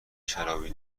شرابی